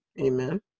Amen